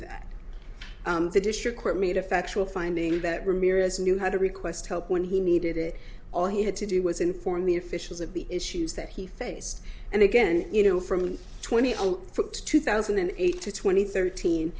that the district court made a factual finding that ramirez knew how to request help when he needed it all he had to do was inform the officials of the issues that he faced and again you know from twenty foot two thousand and eight to twenty thirteen